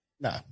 No